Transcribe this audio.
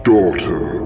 Daughter